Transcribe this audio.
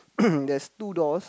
there is two doors